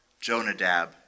Jonadab